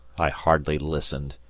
i hardly listened.